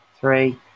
three